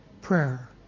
prayer